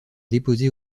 déposée